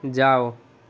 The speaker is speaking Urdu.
جاؤ